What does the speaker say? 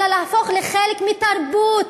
אלא להפוך לחלק מתרבות.